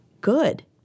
good